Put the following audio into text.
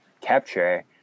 capture